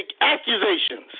accusations